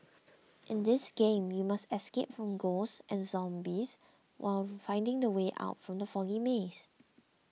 in this game you must escape from ghosts and zombies while finding the way out from the foggy maze